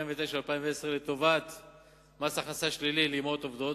ו-2010 לטובת מס הכנסה שלילי לאמהות עובדות.